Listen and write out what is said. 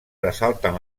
ressalten